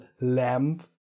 lamp